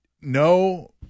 No